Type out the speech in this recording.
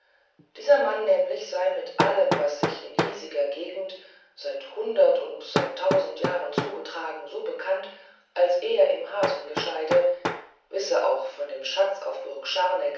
dieser mann nämlich sei mit allem was sich in hiesiger gegend seit hundert und seit tausend jahren zugetragen so bekannt als er mit einem hasengescheide wisse auch von dem schatze auf burg scharneck